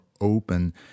open